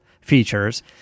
features